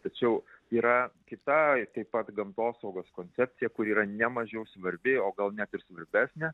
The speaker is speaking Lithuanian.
tačiau yra kita taip pat gamtosaugos koncepcija kuri yra nemažiau svarbi o gal net ir svarbesnė